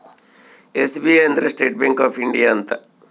SBI ಅಂದ್ರ State Bank of India ಅಂತ